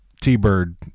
T-Bird